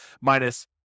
minus